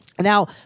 Now